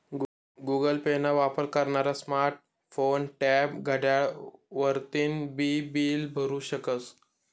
Google Pay ना वापर करनारा स्मार्ट फोन, टॅब, घड्याळ वरतीन बी बील भरु शकस